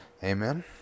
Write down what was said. Amen